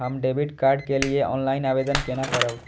हम debit card के लिए ऑनलाइन आवेदन केना करब?